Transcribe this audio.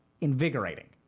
invigorating